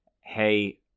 hey